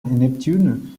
neptune